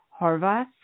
Harvath